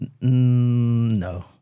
No